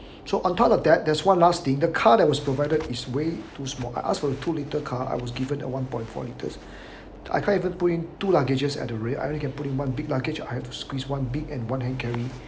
so on top of that there's one last thing the car that was provided is way too small I ask for the two litre car I was given a one point four litre I can't even put in two luggages at the rear I only can put in one big luggage I have to squeeze one big and one hand carry